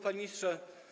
Panie Ministrze!